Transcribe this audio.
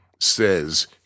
says